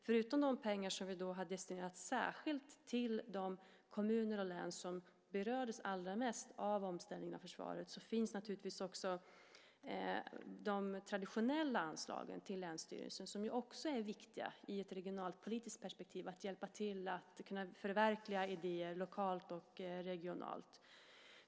Förutom de pengar som vi särskilt destinerat till de kommuner och län som allra mest berördes av omställningen av försvaret finns naturligtvis även de traditionella anslagen till länsstyrelserna. De är givetvis också viktiga i ett regionalpolitiskt perspektiv när det gäller att hjälpa till att förverkliga idéer lokalt och regionalt.